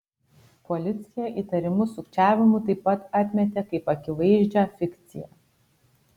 policija įtarimus sukčiavimu taip pat atmetė kaip akivaizdžią fikciją